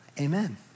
Amen